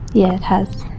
yeah it has.